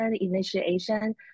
initiation